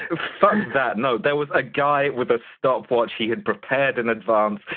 ah fuck that, no, there was a guy with a stopwatch he had prepared in advance,